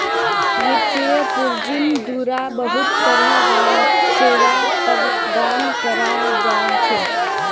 वित्तीय पूंजिर द्वारा बहुत तरह र सेवा प्रदान कराल जा छे